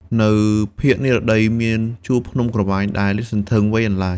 នៅភាគនិរតីមានជួរភ្នំក្រវាញដែលលាតសន្ធឹងវែងអន្លាយ។